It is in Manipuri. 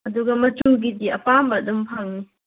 ꯑꯗꯨꯒ ꯃꯆꯨꯒꯤꯗꯤ ꯑꯄꯥꯝꯕ ꯑꯗꯨꯝ ꯐꯪꯅꯤ